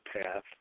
path